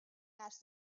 asked